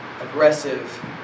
aggressive